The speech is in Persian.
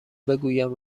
بگویم